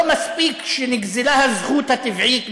לא מספיק שנגזלה הזכות הבסיסית מאנשים,